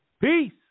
Peace